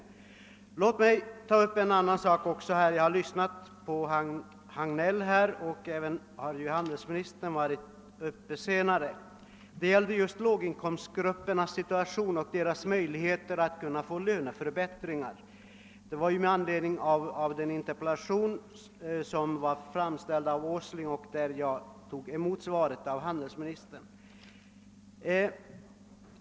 Jag har lyssnat till vad herr Hagnell och senare även handelsministern sagt om låglönegruppernas situation och deras möjligheter att få löneförbättringar. Det var denna fråga som berördes i herr Åslings interpellation, på vilken jag mottog handelsministerns svar.